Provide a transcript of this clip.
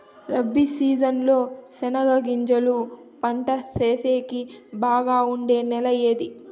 Rabi season లో చెనగగింజలు పంట సేసేకి బాగా ఉండే నెల ఏది?